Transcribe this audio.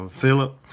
Philip